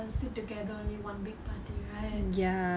ya stick together only one big party right ya